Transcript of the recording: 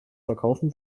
verkaufen